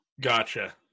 Gotcha